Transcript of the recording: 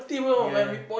ya